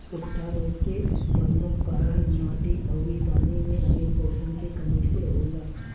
उकठा रोग के परमुख कारन माटी अउरी पानी मे आइल पोषण के कमी से होला